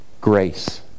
Grace